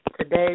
Today